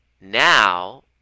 Now